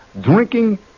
drinking